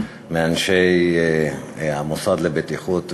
מאנשי המוסד לבטיחות ולגהות,